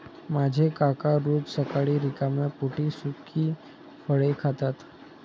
माझे काका रोज सकाळी रिकाम्या पोटी सुकी फळे खातात